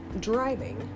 driving